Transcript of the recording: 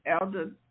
Elder